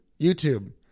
YouTube